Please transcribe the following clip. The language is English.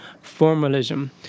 formalism